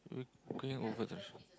we we can go over to show